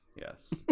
Yes